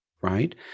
right